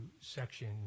Section